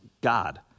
God